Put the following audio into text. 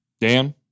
dan